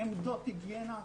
עמדות היגיינה,